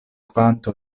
kvanto